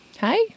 Hi